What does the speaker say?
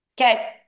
Okay